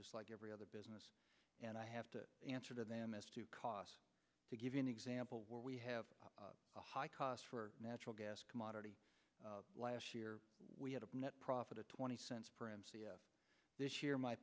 just like every other business and i have to answer to them as to cost to give you an example where we have a high cost for natural gas commodity last year we had a net profit of twenty cents per m c f this year my